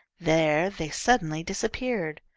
there they suddenly disappeared.